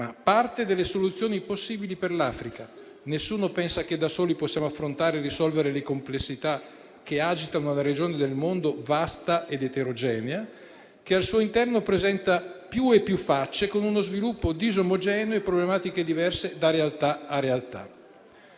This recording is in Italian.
parte delle soluzioni possibili per l'Africa. Nessuno pensa che, da soli, possiamo affrontare e risolvere le complessità che agitano una regione del mondo vasta ed eterogenea, che al suo interno presenta più e più facce, con uno sviluppo disomogeneo e problematiche diverse da realtà a realtà.